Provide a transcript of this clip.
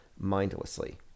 mindlessly